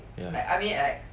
ya